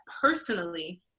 personally